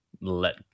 let